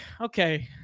okay